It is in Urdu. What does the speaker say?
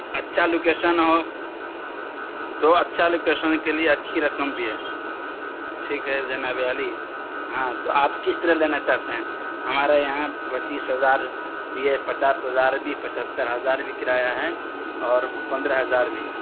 اچھا لوکیشن ہو تو اچھا لوکیشن کے لیے اچھی رقم بھی ہے ٹھیک ہے جنابِ عالی ہاں تو آپ کس طرح دینا چاہتے ہیں ہمارے یہاں پچیس ہزار یہ پچاس ہزار بھی پچھتر ہزار بھی کرایہ ہے اور پندرہ ہزار بھی ہے